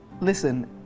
Listen